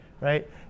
right